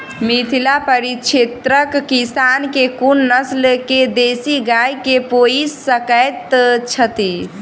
मिथिला परिक्षेत्रक किसान केँ कुन नस्ल केँ देसी गाय केँ पोइस सकैत छैथि?